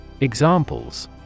Examples